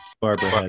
Barbara